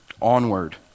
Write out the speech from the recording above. onward